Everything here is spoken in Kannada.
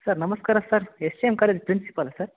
ಸರ್ ನಮಸ್ಕಾರ sir S D M college ಪ್ರಿನ್ಸಿಪಾಲಾ ಸರ್